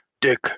Dick